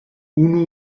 unu